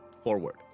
forward